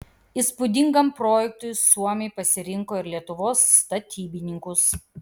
įspūdingam projektui suomiai pasirinko ir lietuvos statybininkus